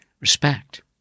respect